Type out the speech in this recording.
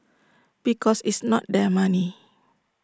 because it's not their money